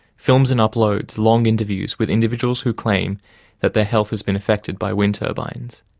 films and uploads long interviews with individuals who claim that their health has been affected by wind turbines.